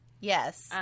Yes